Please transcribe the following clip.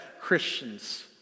Christians